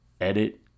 edit